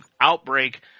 outbreak